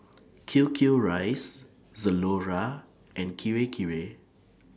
Q Q Rice Zalora and Kirei Kirei